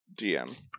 GM